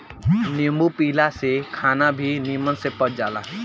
नींबू पियला से खाना भी निमन से पच जाला